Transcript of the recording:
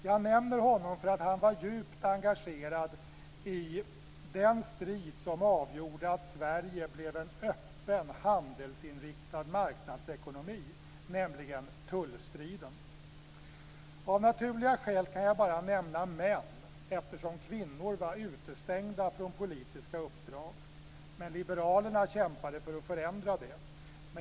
Jag nämner honom därför att han var djupt engagerad i den strid som avgjorde att Sverige blev en öppen handelsinriktad marknadsekonomi, nämligen tullstriden. Av naturliga skäl kan jag bara nämna män. Kvinnor var ju utestängda från politiska uppdrag men liberalerna kämpade för att förändra det.